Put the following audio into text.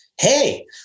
hey